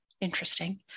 Interesting